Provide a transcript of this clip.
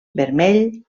vermell